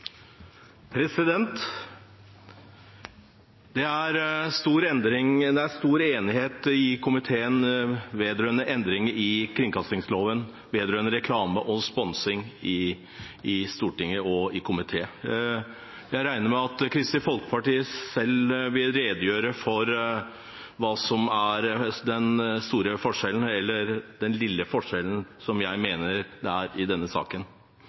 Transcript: Det er stor enighet i Stortinget og i komiteen om endringer i kringkastingsloven vedrørende reklame og sponsing. Jeg regner med at Kristelig Folkeparti selv vil redegjøre for hva som er den store forskjellen, eller den lille forskjellen, som jeg mener det er i denne saken.